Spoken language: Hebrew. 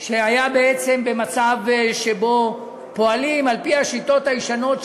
שהיה בעצם במצב שבו פועלים על-פי השיטות הישנות,